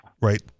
right